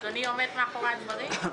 אדוני אומר מאחורי הדברים?